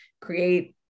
create